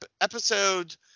episode